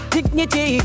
Dignity